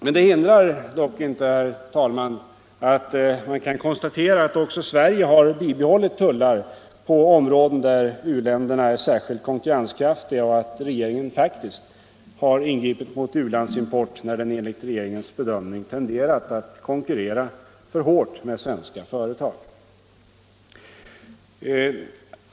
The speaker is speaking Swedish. Men det hindrar inte, herr talman, att man kan konstatera att också Sverige har bibehållit tullar på områden där u-länderna är särskilt konkurrenskraftiga och att regeringen har ingripit mot u-landsimport när den enligt regeringens bedömning har tenderat att konkurrera för hårt med svenska företag.